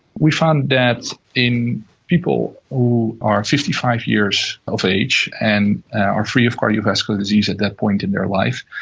we found that in people who are fifty five years of age and are free of cardiovascular disease at that point in their life,